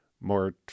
more